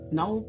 now